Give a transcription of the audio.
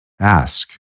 ask